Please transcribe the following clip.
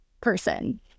person